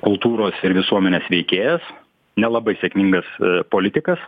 kultūros ir visuomenės veikėjas nelabai sėkmingas politikas